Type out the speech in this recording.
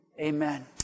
amen